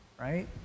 right